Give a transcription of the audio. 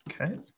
Okay